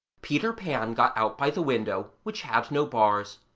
peter pan got out by the window, which had no bars.